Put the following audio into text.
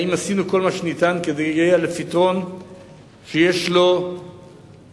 עשינו כל מה שניתן כדי להגיע לפתרון שיש לו סיכוי